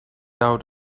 out